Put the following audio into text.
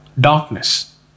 darkness